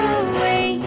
away